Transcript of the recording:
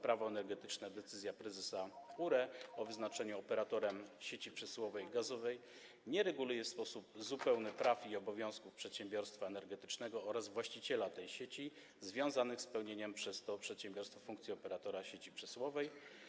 Prawo energetyczne decyzja prezesa URE o wyznaczeniu operatora sieci przesyłowej gazowej nie reguluje w sposób zupełny praw i obowiązków przedsiębiorstwa energetycznego oraz właściciela sieci związanych z pełnieniem przez to przedsiębiorstwo funkcji operatora sieci przesyłowej.